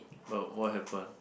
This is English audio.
but what happen